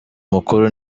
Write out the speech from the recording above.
mukuru